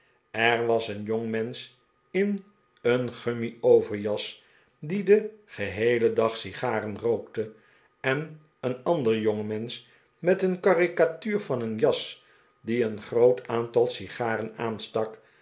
er was een jongmensch in een gummi over j as die den geheelen dag sigaren rookte en een ander jongmensch met een caricatuur van een jas die een groot aantal sigaren aanstak